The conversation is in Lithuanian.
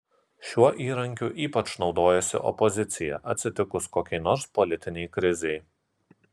šiuo įrankiu ypač naudojasi opozicija atsitikus kokiai nors politinei krizei